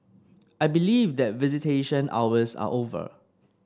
I believe that visitation hours are over